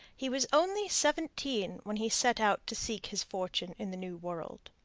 he was only seventeen when he set out to seek his fortune in the new world.